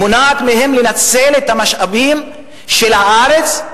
מונעת מהם לנצל את המשאבים של הארץ,